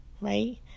right